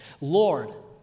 Lord